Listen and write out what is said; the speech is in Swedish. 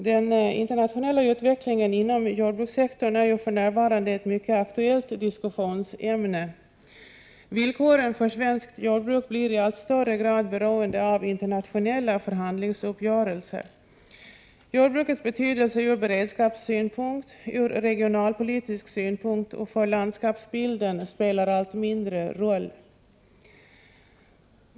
Herr talman! Den internationella utvecklingen inom jordbrukssektorn är för närvarande ett mycket aktuellt diskussionsämne. Villkoren för svenskt jordbruk blir i allt större grad beroende av internationella förhandlingsuppgörelser. Jordbrukets betydelse ur beredskapsoch regionalpolitisk synpunkt och för landskapsbilden spelar allt mindre roll.